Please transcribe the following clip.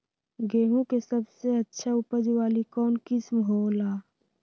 गेंहू के सबसे अच्छा उपज वाली कौन किस्म हो ला?